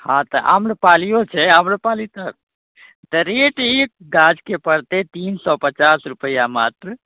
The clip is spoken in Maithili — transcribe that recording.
हँ तऽ आम्रपालिओ छै आम्रपाली तऽ तऽ रेट एक गाछके पड़तै तीन सओ पचास रुपैआ मात्र